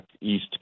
East